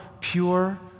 pure